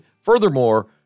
furthermore